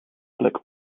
plek